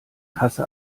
kasse